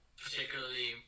particularly